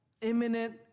imminent